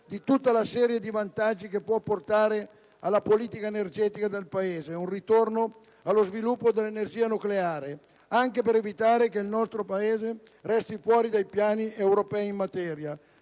di tutta la serie di vantaggi che può portare alla politica energetica del Paese un ritorno allo sviluppo dell'energia nucleare, anche per evitare che il nostro Paese resti fuori dai piani europei in materia.